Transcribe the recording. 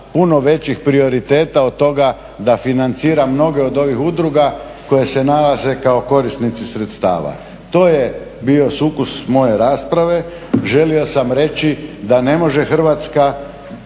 puno većih prioriteta od toga da financira mnoge od ovih udruga koje se nalaze kao korisnici sredstava. To je bio sukus moje rasprave, želio sam reći da ne može Hrvatska